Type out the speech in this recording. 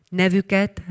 nevüket